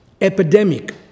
Epidemic